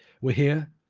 we're here,